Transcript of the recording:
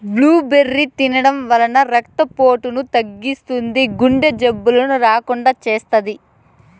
blueberry తినడం వల్ల రక్త పోటును తగ్గిస్తుంది, గుండె జబ్బులు రాకుండా చేస్తాది